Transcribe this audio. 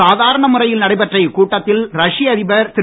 சாதாரண முறையில் நடைபெற்ற இக்கூட்டத்தில் ரஷ்ய அதிபர் திரு